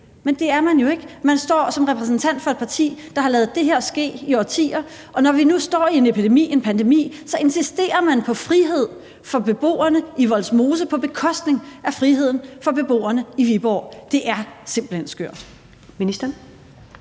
Men det gør man jo ikke. Man står som repræsentant for et parti, der har ladet det her ske i årtier, og når vi nu står i en epidemi, en pandemi, så insisterer man på frihed for beboerne i Vollsmose på bekostning af friheden for beboerne i Viborg. Det er simpelt hen skørt.